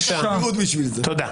תודה.